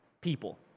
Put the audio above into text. people